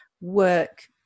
work